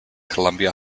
columbia